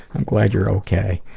i'm glad you're ok.